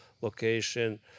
location